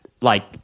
like-